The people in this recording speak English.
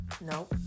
no